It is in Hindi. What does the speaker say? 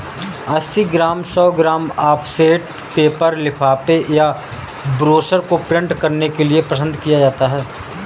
अस्सी ग्राम, सौ ग्राम ऑफसेट पेपर लिफाफे या ब्रोशर को प्रिंट करने के लिए पसंद किया जाता है